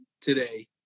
today